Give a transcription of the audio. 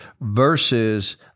versus